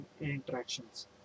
interactions